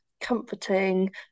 comforting